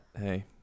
hey